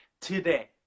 today